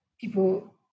people